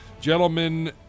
Gentlemen